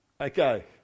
okay